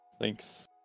thanks